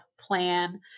plan